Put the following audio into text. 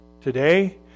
today